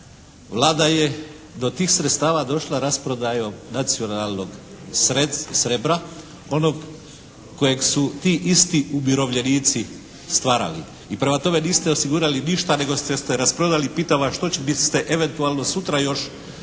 Vlada je do tih sredstava došla rasprodajom nacionalnog srebra onog kojeg su ti isti umirovljenici stvarali. I prema tome, niste osigurali ništa nego ste rasprodali. Pitam vas što će biste eventualno sutra